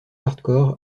hardcore